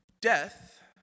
Death